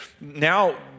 now